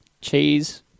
cheese